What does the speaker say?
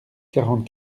quarante